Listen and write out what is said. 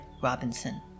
Robinson